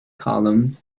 column